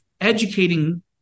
educating